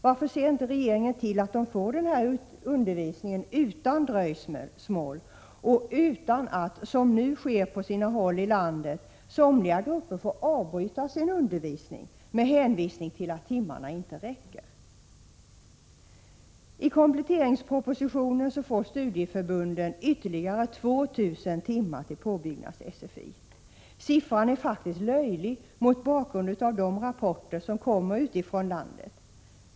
Varför ser inte regeringen till att de får denna undervisning utan dröjsmål och utan att - som nu sker på sina håll i landet — somliga grupper får avbryta sin undervisning med hänvisning till att timmarna inte räcker? I kompletteringspropositionen får studieförbunden ytterligare 2 000 timmar till påbyggnads-SFI. Siffran är faktiskt löjlig, mot bakgrund av de rapporter som kommer utifrån landet.